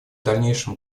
дальнейшем